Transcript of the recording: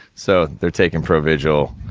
so, they're taking provigil,